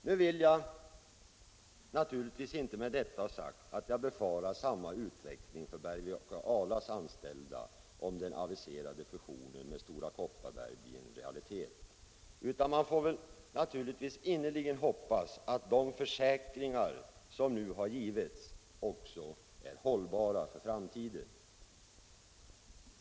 Nu vill jag naturligtvis inte med detta ha sagt att jag befarar samma utveckling för Bergvik och Ala AB:s anställda, om den aviserade fusionen med Stora Kopparberg blir en realitet. Man får innerligt hoppas att de försäkringar som nu har lämnats skall vara hållbara för framtiden.